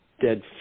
dead